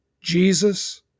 Jesus